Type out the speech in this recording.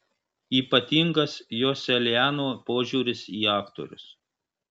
ypatingas joselianio požiūris į aktorius